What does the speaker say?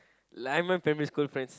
like my primary school friends